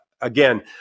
again